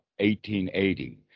1880